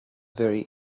very